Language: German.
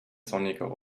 sonniger